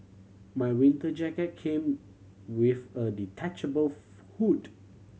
my winter jacket came with a detachable hood